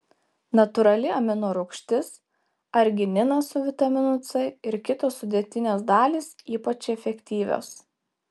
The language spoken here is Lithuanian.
natūrali amino rūgštis argininas su vitaminu c ir kitos sudėtinės dalys ypač efektyvios